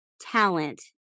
talent